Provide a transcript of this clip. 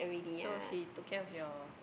so he took care of you all